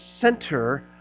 center